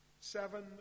seven